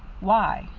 why?